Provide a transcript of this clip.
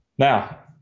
Now